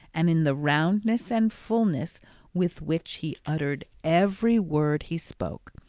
and in the roundness and fullness with which he uttered every word he spoke,